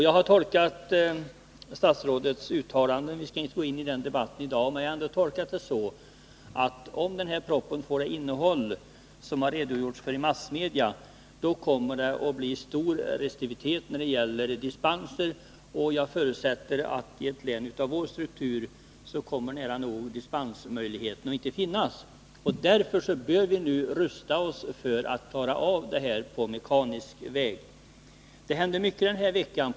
Jag har tolkat statsrådets uttalande så — även om vi inte skall gå in i den debatten i dag — att om den här propositionen får det innehåll som har redovisats i massmedia, kommer det att bli stor restriktivitet när det gäller dispenser. Och jag förutsätter att i ett län med vår struktur kommer dispensmöjligheterna nära nog att inte finnas. Därför bör vi nu rusta oss för att klara av det hela på mekanisk väg. Det händer mycket den här veckan.